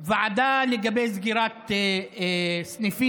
ועדה לגבי סגירת סניפים.